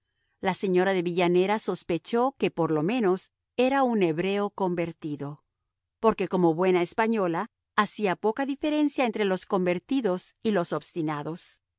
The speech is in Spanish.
la señora de villanera sospechó que por lo menos era un hebreo convertido porque como buena española hacía poca diferencia entre los convertidos y los obstinados